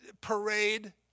parade